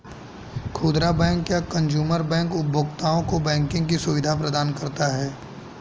खुदरा बैंक या consumer bank उपभोक्ताओं को बैंकिंग की सुविधा प्रदान करता है